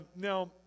Now